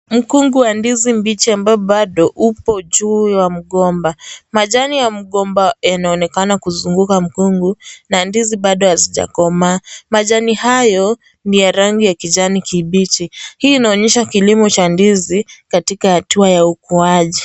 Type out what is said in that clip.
Mkungu wa ndizi mbichi ambayo bado upo juu ya mgomba. Majani ya mgomba yanaonekana kuzunguka mkungu na ndizi bado hazijakomaa. Majani hayo ni ya rangi ya kijani kibichi. Hii inaonyesha kilimo cha ndizi katika hatua ya ukuaji.